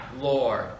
Lord